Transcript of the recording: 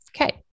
Okay